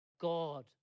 God